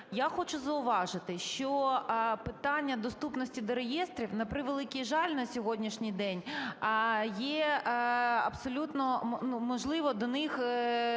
Я хочу зауважити, що питання доступності до реєстрів, на превеликий жаль, на сьогоднішній день є абсолютно можливо до них